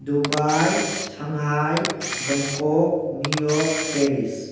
Dubai Shanghai Bangkok New York Paris